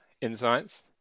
insights